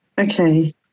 Okay